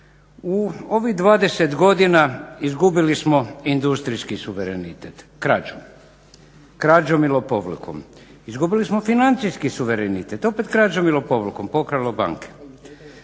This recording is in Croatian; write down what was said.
U ovih 20 godina izgubili smo industrijski suverenitet krađom. Krađom i lopovlukom. Izgubili smo financijski suverenitet, opet krađom i lopovlukom – pokralo banke.